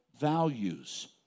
values